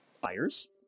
buyers